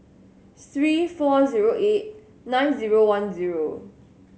three four zero eight nine zero one zero